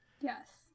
Yes